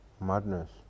Madness